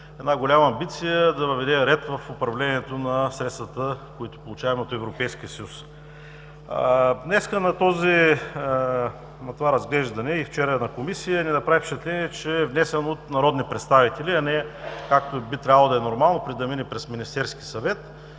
една голяма амбиция да въведе ред в управлението на средствата, които получаваме от Европейския съюз. Днес на това разглеждане и вчера в Комисията ни направи впечатление, че е внесен от народни представители, а не, както би трябвало да е нормално, да мине през Министерския съвет,